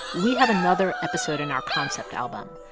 we have another episode in our concept album.